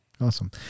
awesome